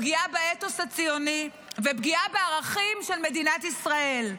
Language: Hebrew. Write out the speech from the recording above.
פגיעה באתוס הציוני ופגיעה בערכים של מדינת ישראל.